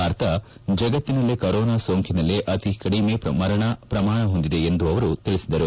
ಭಾರತ ಜಗತ್ತಿನಲ್ಲೇ ಕೊರೋನಾ ಸೋಂಕಿನಲ್ಲೇ ಅತಿ ಕಡಿಮೆ ಮರಣ ಪ್ರಮಾಣ ಹೊಂದಿದೆ ಎಂದು ಅವರು ತಿಳಿಸಿದರು